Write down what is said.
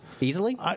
easily